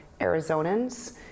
Arizonans